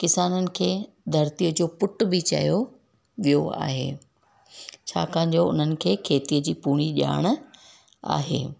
किसाननि खे धरतीअ जो पुट बि चयो वियो आहे छाकाणि जो उन्हनि खे खेतीअ जी पूरी ॼाण आहे